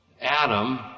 Adam